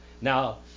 Now